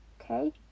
okay